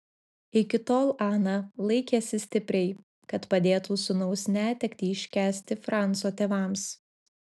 iki tol ana laikėsi stipriai kad padėtų sūnaus netektį iškęsti franco tėvams